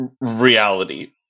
reality